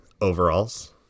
overalls